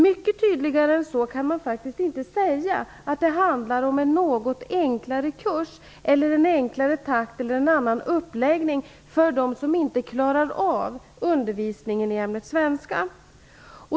Mycket tydligare än så kan det faktiskt inte sägas att det handlar om en något enklare kurs eller en lugnare takt eller en annan uppläggning för dem som inte klarar av undervisningen i ämnet svenska.